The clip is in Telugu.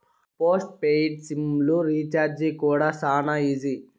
పోస్ట్ పెయిడ్ సిమ్ లు రీచార్జీ కూడా శానా ఈజీ